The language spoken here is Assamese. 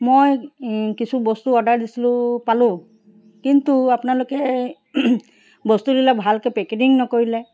মই কিছু বস্তু অৰ্ডাৰ দিছিলোঁ পালোঁ কিন্তু আপোনালোকে বস্তু দিলে ভালকে পেকেজিং নকৰিলে